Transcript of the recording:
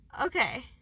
Okay